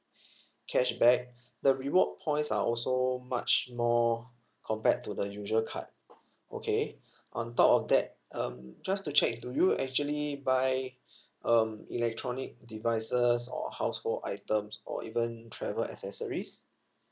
cashback the reward points are also much more compared to the usual card okay on top of that um just to check do you actually buy um electronic devices or household items or even travel accessories